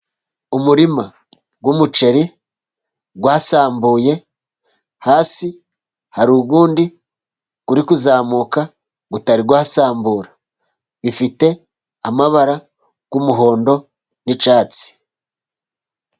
Umurima w'umuceri wasambuye, hasi harundi ukizamuka utarasambura, ufite amabara y'umuhondo n'icyatsi.